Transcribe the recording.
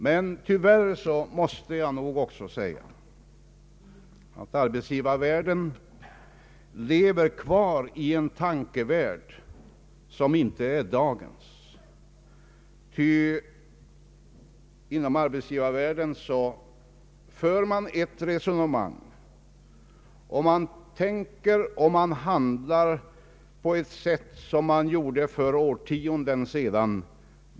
Men jag måste tyvärr också säga att arbetsgivarvärlden lever kvar i en tankevärld som inte är dagens, ty inom ar: betsgivarvärlden för man ett resonemang och tänker och handlar på ett sätt som man gjorde för årtionden sedan.